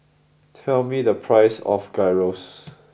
tell me the price of Gyros